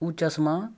ओ चश्मा